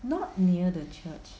not near the church